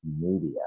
Media